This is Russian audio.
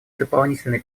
дополнительные